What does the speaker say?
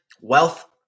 wealth